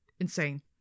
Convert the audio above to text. insane